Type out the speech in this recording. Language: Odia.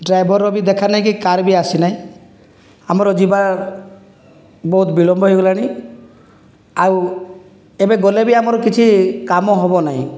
ଡ୍ରାଇଭରର ବି ଦେଖା ନାହିଁ କି କାର୍ ବି ଆସିନାହିଁ ଆମର ଯିବା ବହୁତ ବିଳମ୍ବ ହୋଇଗଲାଣି ଆଉ ଏବେ ଗଲେ ବି ଆମର କିଛି କାମ ହେବ ନାଇଁ